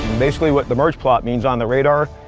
basically what the merge plot means on the radar.